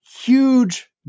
huge